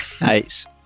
Nice